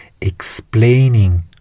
explaining